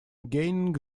gaining